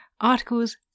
articles